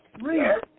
Read